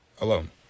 Alone